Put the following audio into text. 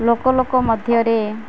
ଲୋକ ଲୋକ ମଧ୍ୟରେ